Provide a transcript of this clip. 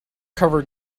cover